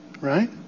right